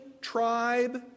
tribe